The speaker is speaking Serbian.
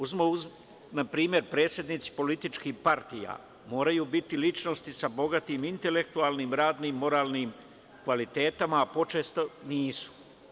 Uzmimo, na primer, predsednici političkih partija moraju biti ličnosti sa bogatim intelektualnim, radnim i moralnim kvalitetima, a počesto nisu.